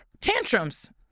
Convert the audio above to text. Tantrums